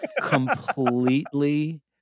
completely